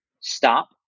stop